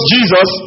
Jesus